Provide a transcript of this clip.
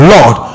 Lord